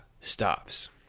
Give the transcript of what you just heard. stops